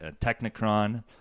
Technicron